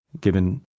given